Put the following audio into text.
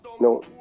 no